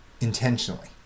intentionally